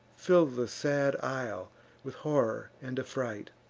fill the sad isle with horror and affright.